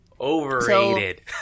Overrated